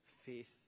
faith